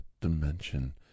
dimension